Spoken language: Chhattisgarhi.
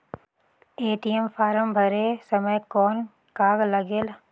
ए.टी.एम फारम भरे समय कौन का लगेल?